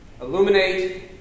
illuminate